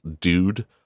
dude